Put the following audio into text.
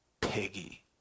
Piggy